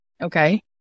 okay